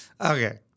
Okay